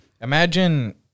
imagine